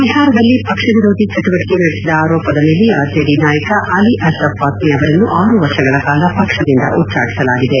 ಬಿಹಾರದಲ್ಲಿ ಪಕ್ಷ ವಿರೋಧಿ ಚಟುವಟಕೆ ನಡೆಸಿದ ಆರೋಪದ ಮೇಲೆ ಆರ್ಜೆಡಿ ನಾಯಕ ಅಲಿ ಅಕ್ರಫ್ ಫಾತ್ನಿ ಅವರನ್ನು ಆರು ವರ್ಷಗಳ ಕಾಲ ಪಕ್ಷದಿಂದ ಉಚ್ಲಾಟಿಸಲಾಗಿದೆ